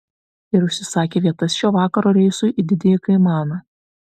ir užsisakė vietas šio vakaro reisui į didįjį kaimaną